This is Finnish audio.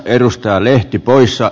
arvoisa puhemies